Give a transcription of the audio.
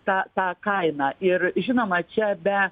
tą tą kainą ir žinoma čia be